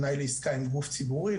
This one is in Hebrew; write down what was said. תנאי לעסקה עם גוף ציבורי.